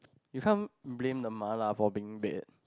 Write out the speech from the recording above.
you can't blame the mala for being bad